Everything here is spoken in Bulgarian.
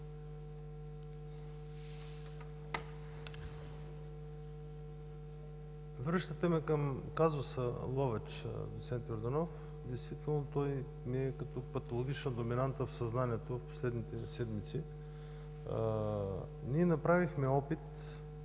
Връщате ме към казуса „Ловеч“, доц. Йорданов. Действително той ми е като патологична доминанта в съзнанието в последните седмици. Ние направихме опит